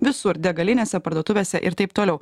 visur degalinėse parduotuvėse ir taip toliau